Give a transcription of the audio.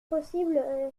impossible